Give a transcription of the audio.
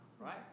right